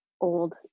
old